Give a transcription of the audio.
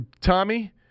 Tommy